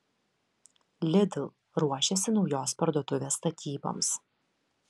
lidl ruošiasi naujos parduotuvės statyboms